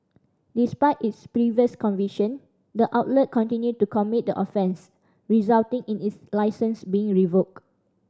despite its previous conviction the outlet continued to commit the offence resulting in its licence being revoked